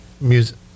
music